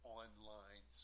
online